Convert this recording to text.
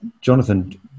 Jonathan